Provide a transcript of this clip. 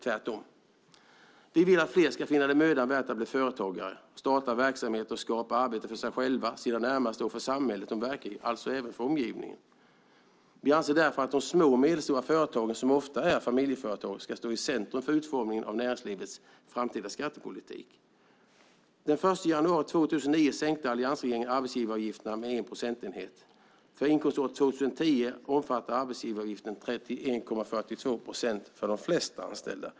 Vi vill att fler ska finna det mödan värt att bli företagare, starta verksamheter och skapa arbete för sig själva, sina närmaste och för samhället de verkar i, alltså även för omgivningen. Vi anser därför att de små och medelstora företagen, som ofta är familjeföretag, ska stå i centrum för utformningen av näringslivets framtida skattepolitik. Den 1 januari 2009 sänkte alliansregeringen arbetsgivaravgifterna med 1 procentenhet. För inkomståret 2010 omfattar arbetsgivaravgiften 31,42 procent för de flesta anställda.